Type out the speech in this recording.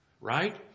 right